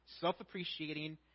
self-appreciating